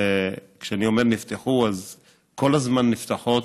וכשאני אומר "נפתחו", אז כל הזמן נפתחות,